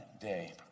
day